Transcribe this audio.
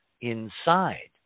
inside